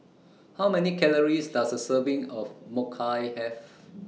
How Many Calories Does A Serving of Mochi Have